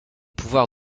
pouvoir